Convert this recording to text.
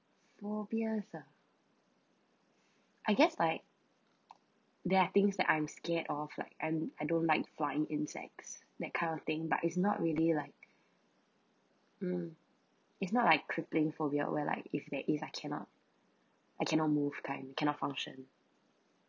phobia ah I guess like there are things that I'm scared of like I I don't like flying insects that kind of thing but it's not really like mm it's not like crippling phobia where like if there is I cannot I cannot move kind cannot function